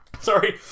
Sorry